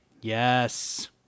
Yes